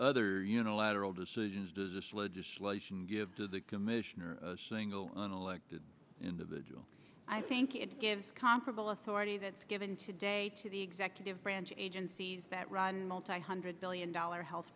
other unilateral decisions does this legislation give to the commission or a single unelected individual i think it gives controversial authority that's given today to the executive branch agencies that run multi hundred billion dollars health